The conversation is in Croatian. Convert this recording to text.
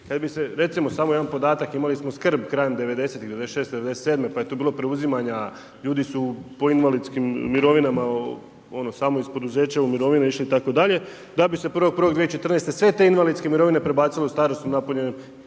kada bi se samo jedan podatak imali smo skrb, krajem '90., '96., '97. pa je tu bilo preuzimanja, ljudi su po invalidskim mirovinama, ono samo iz poduzeća u mirovine išli itd. da bi se 1.1.2014. sve te invalidske mirovine prebacile u starosnu napunjene